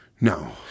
No